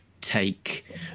take